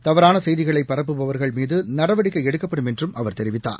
தவறானசெய்திகளைபரப்புபவர்கள் மீதுநடவடிக்கைஎடுக்கப்படும் என்றும் அவர் தெரிவித்தார்